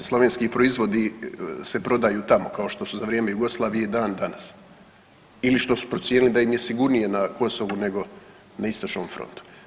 Slovenski proizvodi se prodaju tamo kao što su za vrijeme Jugoslavije i dan danas ili što su procijenili da im je sigurnije na Kosovu nego na istočnom frontu.